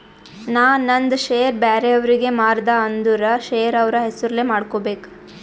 ನಾ ನಂದ್ ಶೇರ್ ಬ್ಯಾರೆ ಅವ್ರಿಗೆ ಮಾರ್ದ ಅಂದುರ್ ಶೇರ್ ಅವ್ರ ಹೆಸುರ್ಲೆ ಮಾಡ್ಕೋಬೇಕ್